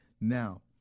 Now